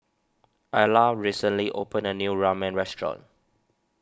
Ayla recently opened a new Ramen restaurant